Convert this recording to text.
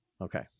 Okay